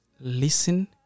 listen